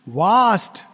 vast